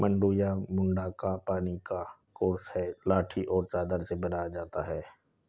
मड्डू या मड्डा एक पानी का कोर्स है लाठी और चादर से बनाया जाता है